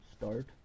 start